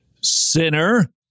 Sinner